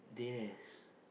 dead ass